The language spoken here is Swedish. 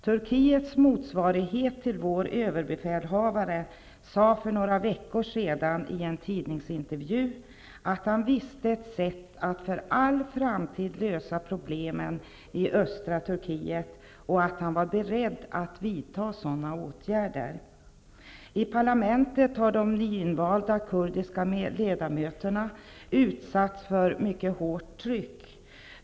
Turkiets motsvarighet till vår ÖB sade för några veckor sedan, att han visste ett sätt att för all framtid lösa problemen i östra Turkiet och att han var beredd att vidta sådana åtgärder. I parlamentet har de nyinvalda kurdiska ledamöterna utsatts för ett hårt tryck.